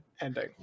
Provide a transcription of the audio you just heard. ending